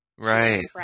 Right